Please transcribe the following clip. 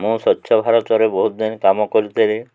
ମୁଁ ସ୍ୱଚ୍ଛ ଭାରତରେ ବହୁତ ଦିନ କାମ କରିଥିଲି